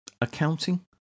Accounting